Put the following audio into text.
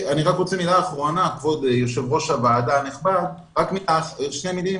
כבוד יושב-ראש הוועדה הנכבד, מילים אחרונות.